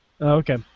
Okay